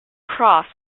cross